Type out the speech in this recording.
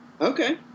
Okay